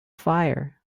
fire